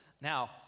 now